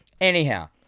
Anyhow